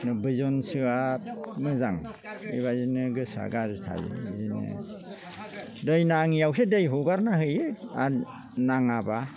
नोबैजनसोआ मोजां बेबायदिनो गोसोआ गाज्रिथार दै नाङिआवसो दै हगारना होयो आर नाङाब्ला